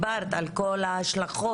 ומה זה עושה,